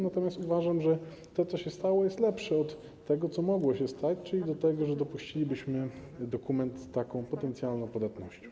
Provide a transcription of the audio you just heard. Natomiast uważam, że to, co się stało, jest lepsze od tego, co mogło się stać, czyli od tego, że dopuścilibyśmy dokument z potencjalną podatnością.